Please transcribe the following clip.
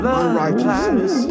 unrighteousness